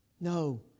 No